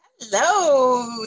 Hello